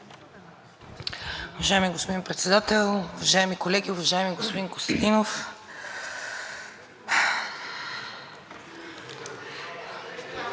Уважаеми господин Председател, уважаеми колеги! Уважаеми господин Костадин